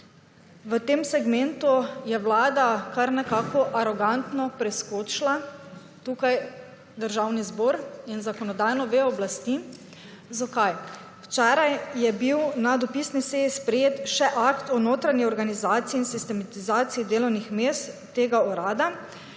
v tem segmentu Vlada kar nekako arogantno preskočila Državni zbor kot zakonodajno vejo oblasti. Zakaj? Včeraj je bil na dopisni seji sprejet še Akt o notranji organizaciji in sistemizaciji delovnih mest tega urada.